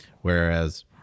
whereas